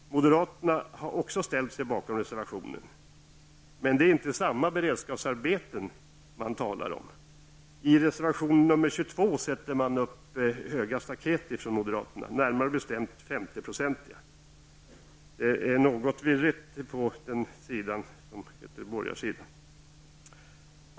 Moderaterna har också ställt sig bakom reservationen. Men det är inte samma beredskapsarbeten som de talar om. I reservation 22 sätter moderaterna upp höga staket. Närmare bestämt handlar det om 50 % bidragsandel. Det är något virrigt på den borgerliga sidan.